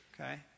okay